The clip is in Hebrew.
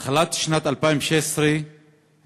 מתחילת שנת 2016 כבר